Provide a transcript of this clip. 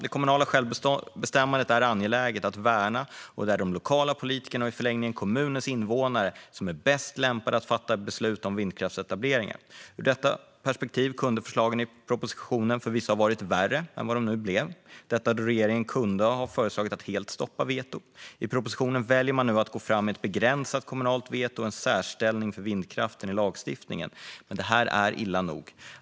Det kommunala självbestämmandet är angeläget att värna, och det är de lokala politikerna och i förlängningen kommunernas invånare som är bäst lämpade att fatta beslut om vindkraftsetableringar. Ur detta perspektiv kunde förslagen i propositionen förvisso ha varit värre än de blev, då regeringen kunde ha föreslagit att helt stoppa vetot. I propositionen väljer man nu att gå fram med ett begränsat kommunalt veto och en särställning för vindkraften i lagstiftningen, men det är illa nog.